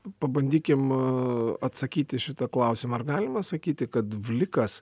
pabandykim atsakyti į šitą klausimą ar galima sakyti kad vlikas